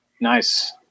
Nice